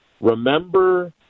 remember